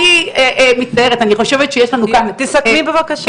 תסכמי, בבקשה.